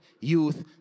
youth